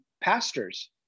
pastors